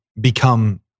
become